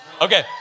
Okay